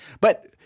But-